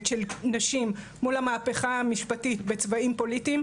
של נשים מול המהפכה המשפטית בצבעים פוליטיים,